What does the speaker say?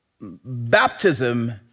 Baptism